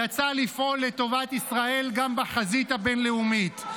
יצא לפעול לטובת ישראל גם בחזית הבין-לאומית.